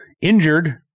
injured